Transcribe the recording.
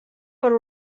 per